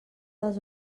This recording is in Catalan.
dels